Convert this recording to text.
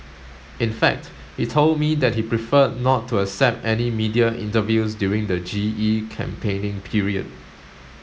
in fact he told me that he preferred not to accept any media interviews during the G E campaigning period